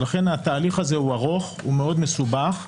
לכן התהליך הזה ארוך, הוא מסובך מאוד.